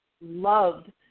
loved